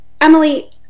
Emily